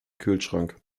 kühlschrank